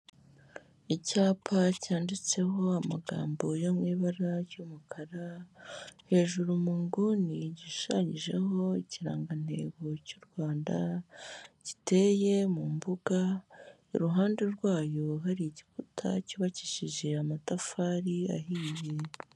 Icyapa cyanditseho amagambo yo mu ibara ry'umukara hejuru mu nguni gishushanyijeho ikirangantego cy'u Rwanda giteye mu mbuga iruhande rwayo hari igikuta cyubakishije amatafari ahiye.